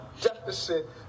deficit